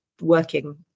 working